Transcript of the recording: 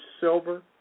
silver